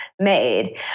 made